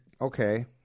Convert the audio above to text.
okay